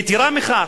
יתירה מכך,